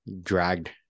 dragged